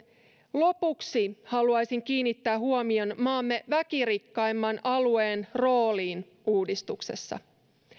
lopuksi haluaisin kiinnittää huomion maamme väkirikkaimman alueen rooliin uudistuksessa